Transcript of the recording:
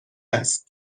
است